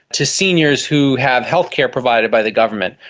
to seniors who have healthcare provided by the government?